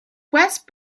west